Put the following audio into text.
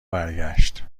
برگشت